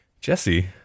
Jesse